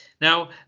Now